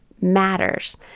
matters